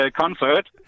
concert